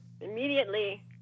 immediately